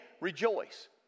rejoice